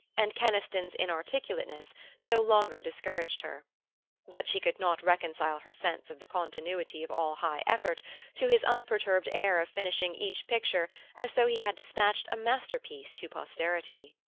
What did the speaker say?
and keniston's inarticulateness no longer discouraged her but she could not reconcile her sense of the continuity of all high effort to his unperturbed air of finishing each picture as though he had despatched a masterpiece to posterity.